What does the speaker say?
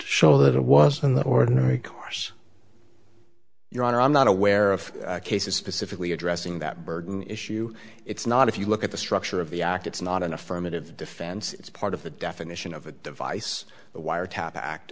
show that it was in the ordinary course your honor i'm not aware of cases specifically addressing that burden issue it's not if you look at the structure of the act it's not an affirmative defense it's part of the definition of a device the wiretap act